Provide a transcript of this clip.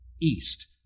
east